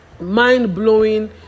Mind-blowing